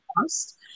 cost